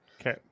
okay